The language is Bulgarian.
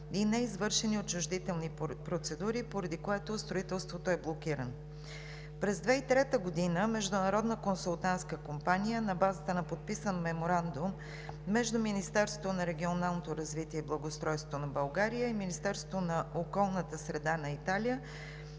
и извършени отчуждителни процедури, поради което строителството е блокирано. През 2003 г. международна консултантска компания на базата на подписан меморандум между Министерството на регионалното развитие и благоустройството на България и Министерството на околната среда на Италия